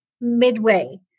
midway